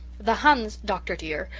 the huns, dr. dear,